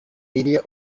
media